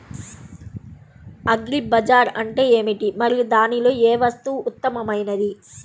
Agri బజార్ అంటే ఏమిటి మరియు దానిలో ఏ వస్తువు ఉత్తమమైనది?